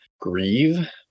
grieve